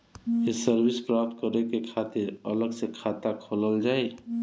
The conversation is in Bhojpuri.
ये सर्विस प्राप्त करे के खातिर अलग से खाता खोलल जाइ?